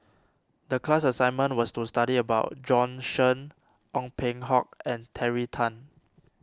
the class assignment was to study about Bjorn Shen Ong Peng Hock and Terry Tan